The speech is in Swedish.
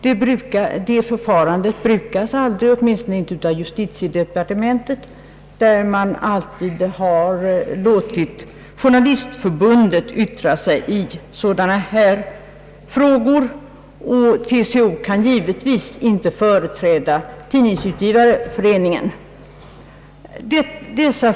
Det förfarandet brukas såvitt jag känner till aldrig, åtminstone inte av justitiedepartementet, som har låtit Journalistförbundet yttra sig i sådana här frågor. TCO kan givetvis inte företräda Tidningsutgivareföreningen.